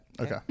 okay